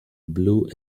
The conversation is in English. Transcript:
blue